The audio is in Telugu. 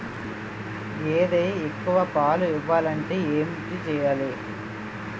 గేదె ఎక్కువ పాలు ఇవ్వాలంటే ఏంటి చెయాలి?